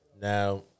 Now